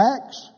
Acts